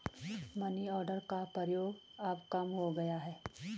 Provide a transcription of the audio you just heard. money order का प्रयोग अब कम हो गया है